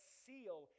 seal